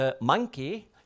monkey